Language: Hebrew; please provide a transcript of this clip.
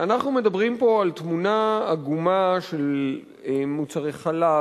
אנחנו מדברים פה על תמונה עגומה של מוצרי חלב,